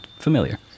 familiar